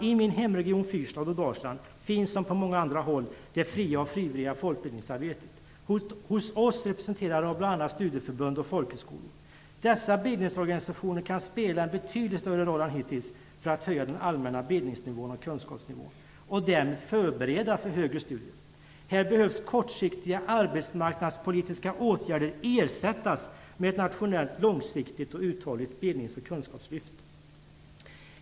I min hemregion fyrstad och Dalsland finns, som på många andra håll, det fria och frivilliga folkbildningsarbetet representerat av bl.a. studieförbund och folkhögskolor. Dessa bildningsorganisationer kan spela en betydligt större roll än hittills för att höja den allmänna bildnings och kunskapsnivån och därmed förbereda för högre studier. Här behöver kortsiktiga arbetsmarknadspolitiska åtgärder ersättas med ett nationellt långsiktigt och uthålligt bildningsoch kunskapslyft.